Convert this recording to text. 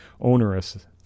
onerous